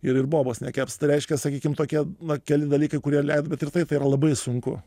ir ir bobos nekeps tai reiškia sakykim tokie na keli dalykai kurie leido bet ir taip tai yra labai sunku